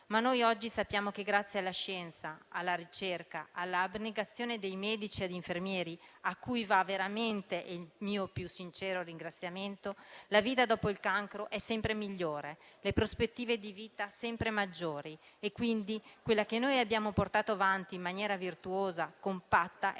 Ma oggi sappiamo che grazie alla scienza, alla ricerca, all'abnegazione dei medici e degli infermieri, a cui va veramente il mio più sincero ringraziamento, la vita dopo il cancro è sempre migliore e le prospettive di vita sono sempre maggiori. Quella che noi abbiamo portato avanti in maniera virtuosa e compatta è davvero